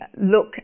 look